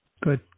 Good